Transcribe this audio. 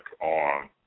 on